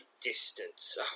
distance